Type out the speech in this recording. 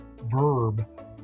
verb